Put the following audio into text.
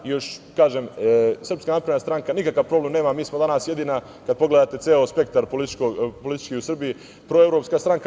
Srpska napredna stranka nikakav problem nema, mi smo danas jedina, kada pogledate ceo spektar politički u Srbiji, proevropska stranka.